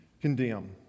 condemn